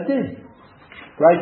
Right